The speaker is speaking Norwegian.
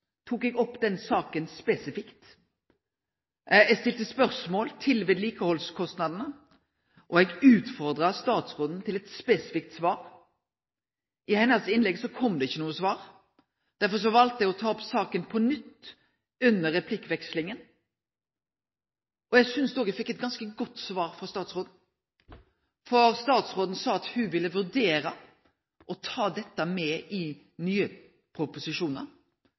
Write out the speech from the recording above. tok opp den saka spesifikt i mitt innlegg! Eg stilte spørsmål ved vedlikehaldskostnadene, og eg utfordra statsråden til å gi eit spesifikt svar. I hennar innlegg kom det ikkje noko svar, derfor valde eg å ta opp saka på nytt under replikkvekslinga. Eg synest eg fekk eit godt svar frå statsråden, for statsråden sa ho ville vurdere å ta dette med i nye proposisjonar.